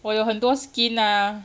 我有很多 skin ah